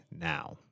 now